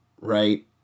right